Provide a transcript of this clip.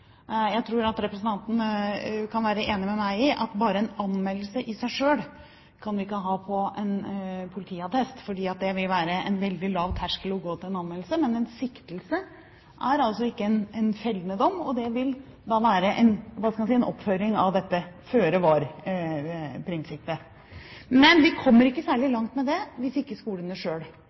Jeg tror representanten kan være enig med meg i at bare en anmeldelse i seg selv kan vi ikke ha på en politiattest – det vil være en veldig lav terskel for å gå til en anmeldelse. En siktelse er altså ikke en fellende dom, og det vil da være, skal vi si, en oppføring av dette føre-var-prinsippet. Men vi kommer ikke særlig langt med det hvis ikke skolene